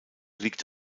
liegt